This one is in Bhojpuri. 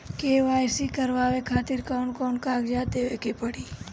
के.वाइ.सी करवावे खातिर कौन कौन कागजात देवे के पड़ी?